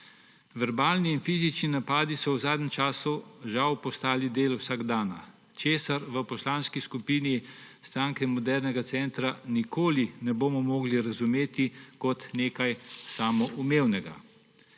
Verbalni in fizični napadi so v zadnjem času žal postali del vsakdana, česar v Poslanski skupini Stranke modernega centra nikoli ne bomo mogli razumeti kot nekaj samoumevnega.